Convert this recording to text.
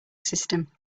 system